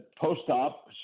post-op